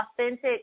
authentic